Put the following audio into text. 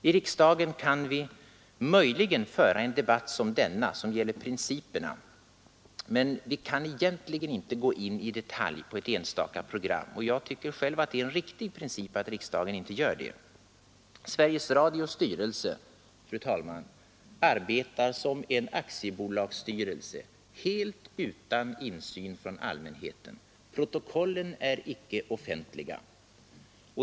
I riksdagen kan vi möjligen föra en debatt som denna, som gäller principerna, men vi kan egentligen inte gå in i detalj på enstaka program. Jag tycker själv att det är en riktig princip att riksdagen inte gör det. Sveriges Radios styrelse, fru talman, arbetar som en aktiebolagsstyrelse, helt utan insyn från allmänheten. Protokollen är icke offentliga.